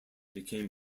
became